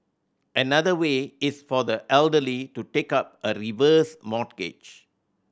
another way is for the elderly to take up a reverse mortgage